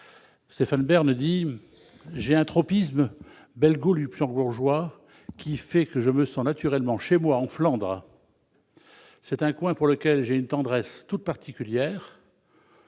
de Cassel :« J'ai un tropisme belgo-luxembourgeois qui fait que je me sens naturellement chez moi en Flandre. C'est un coin pour lequel j'ai une tendresse toute particulière.